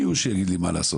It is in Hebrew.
"מי הוא שיגיד לי מה לעשות?